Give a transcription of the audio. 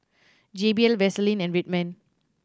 J B L Vaseline and Red Man